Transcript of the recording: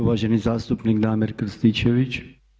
uvaženi zastupnik Damir Krstičević.